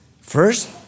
First